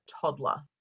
toddler